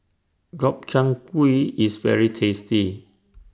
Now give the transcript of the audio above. Gobchang Gui IS very tasty